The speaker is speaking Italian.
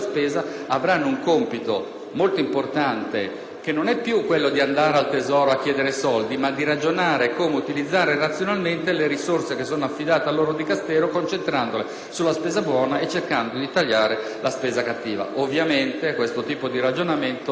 molto importante, che non è più quello di andare al Tesoro a chiedere soldi ma di ragionare su come utilizzare razionalmente le risorse affidate al loro Dicastero, concentrandole sulla spesa buona e cercando di tagliare la spesa cattiva. Ovviamente, questo tipo di ragionamento non vale solo per i Ministri ma anche